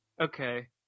okay